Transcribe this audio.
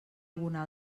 alguna